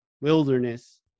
wilderness